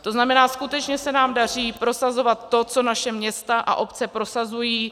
To znamená, skutečně se nám daří prosazovat to, co naše města a obce prosazují.